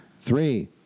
Three